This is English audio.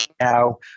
Now